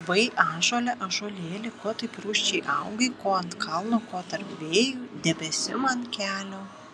vai ąžuole ąžuolėli ko taip rūsčiai augai ko ant kalno ko tarp vėjų debesim ant kelio